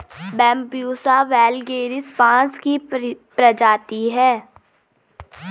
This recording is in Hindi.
बैम्ब्यूसा वैलगेरिस बाँस की प्रजाति है